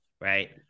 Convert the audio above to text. right